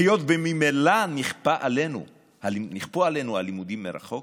היות שממילא נכפו עלינו הלימודים מרחוק.